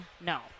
No